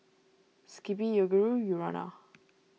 Skippy Yoguru Urana